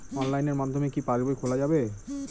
অনলাইনের মাধ্যমে কি পাসবই খোলা যাবে?